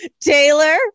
Taylor